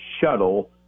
shuttle